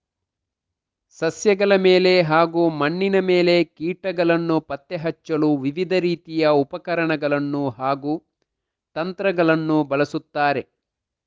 ಸಸ್ಯಗಳ ಮೇಲೆ ಹಾಗೂ ಮಣ್ಣಿನ ಮೇಲೆ ಕೀಟಗಳನ್ನು ಪತ್ತೆ ಹಚ್ಚಲು ವಿವಿಧ ರೀತಿಯ ಉಪಕರಣಗಳನ್ನು ಹಾಗೂ ತಂತ್ರಗಳನ್ನು ಬಳಸುತ್ತಾರೆ